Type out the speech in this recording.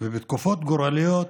ובתקופות גורליות